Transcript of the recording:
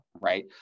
right